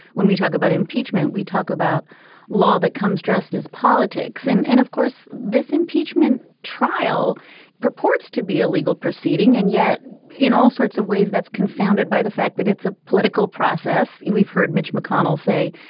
when we talk about impeachment, we talk about law that comes dressed as politics. and and of course, this impeachment trial purports to be a legal proceeding. and yet in all sorts of ways, that's confounded by the fact that it's a political process. we've heard mitch mcconnell say,